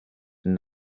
and